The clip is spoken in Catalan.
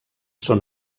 són